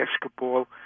basketball